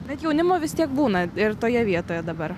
bet jaunimo vis tiek būna ir toje vietoje dabar